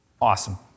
awesome